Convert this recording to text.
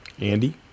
Andy